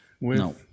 No